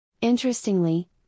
Interestingly